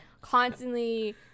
constantly